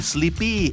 Sleepy